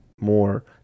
more